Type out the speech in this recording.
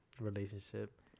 relationship